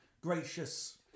gracious